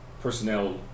personnel